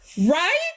Right